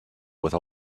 with